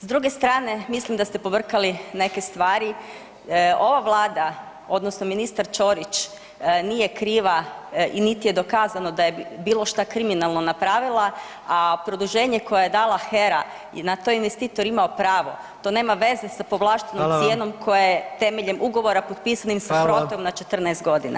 S druge strane mislim da ste pobrkali neke stvari, ova Vlada odnosno ministar Ćorić nije kriva, niti je dokazano da je bilo što kriminalno napravila, a produženje koje je dala HER-a i na to je investitor imao pravo, to nema veze sa povlaštenom cijenom koja je [[Upadica: Hvala.]] temeljem ugovora potpisanim sa HROTE-om na 14 godina.